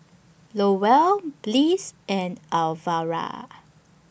Lowell Bliss and Alvera